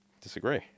Disagree